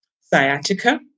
sciatica